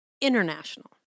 International